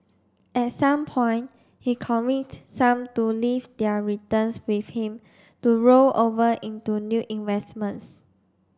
at some point he convinced some to leave their returns with him to roll over into new investments